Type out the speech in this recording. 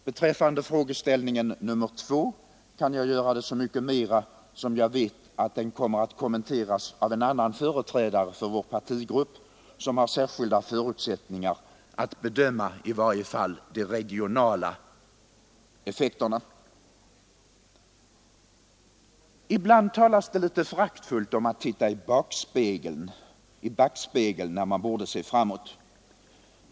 Beträffande den andra frågan kan jag göra det så mycket mera, som jag vet att den kommer att kommenteras av en annan företrädare för vår partigrupp, en person som har särskilda förutsättningar att bedöma i varje fall de regionala aspekterna. Ibland talas det litet föraktfullt om att titta i backspegeln, när man borde se framåt.